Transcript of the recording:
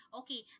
okay